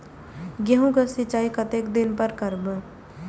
गेहूं का सीचाई कतेक दिन पर करबे?